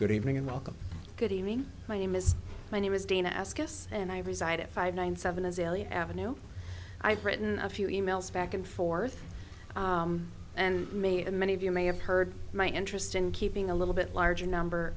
good evening and welcome good evening my name is my name is dana ask us and i reside at five nine seven azalea avenue i've written a few emails back and forth and may and many of you may have heard my interest in keeping a little bit larger number